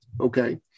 Okay